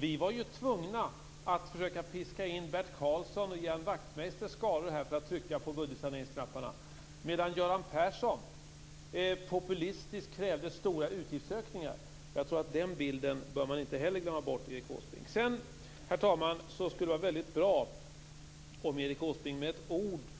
Vi var tvungna att försöka piska in Bert Karlssons och Ian Wachtmeisters skaror här för att trycka på budgetsaneringsknapparna, medan Göran Persson populistiskt krävde stora utgiftsökningar. Jag tror att den bilden bör man inte heller glömma bort, Sedan, herr talman, skulle det vara bra om Erik Åsbrink